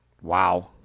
wow